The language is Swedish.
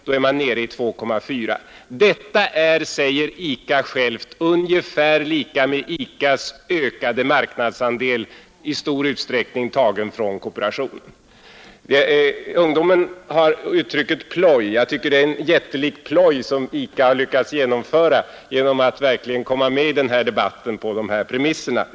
Då är man nere i 2,4. Detta är, säger ICA själv, ungefär lika med ICA:s ökade marknadsandel, i stor utsträckning tagen från kooperationen. Ungdomen har uttrycket ploj. Jag tycker att det är en jättelik ploj som ICA lyckats genomföra genom att verkligen komma med i den här debatten på dessa premisser.